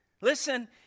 Listen